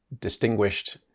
Distinguished